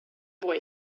boy